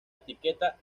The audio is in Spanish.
etiqueta